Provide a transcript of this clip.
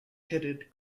headed